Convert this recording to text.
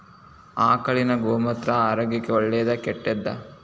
ಆಕಳಿನ ಗೋಮೂತ್ರ ಆರೋಗ್ಯಕ್ಕ ಒಳ್ಳೆದಾ ಕೆಟ್ಟದಾ?